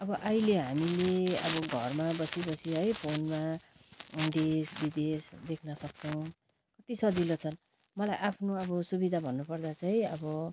अब अहिले हामीले अब घरमा बसी बसी है फोनमा देश विदेश देख्न सक्छौँ कति सजिलो छ मलाई आफ्नो अब सुविधा भन्नुपर्दा चाहिँ अब